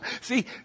See